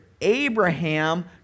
Abraham